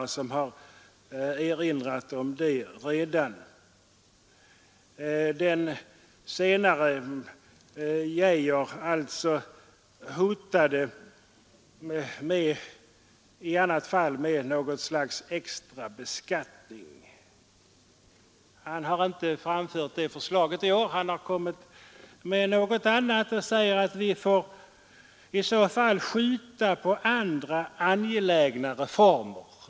Den saken har andra talare redan erinrat om. Arne Geijer hotade i så fall med något slags extra beskattning. Det förslaget har han inte framfört i år, utan i stället har han sagt att i så fall får vi skjuta på andra angelägna reformer.